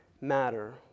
matter